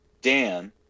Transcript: Dan